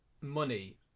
money